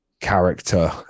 character